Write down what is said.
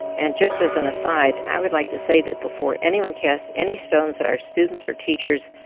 and just as an aside, i would like to say that before anyone casts any stones at our students or teachers,